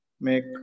make